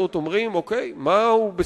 לכן, אי-אפשר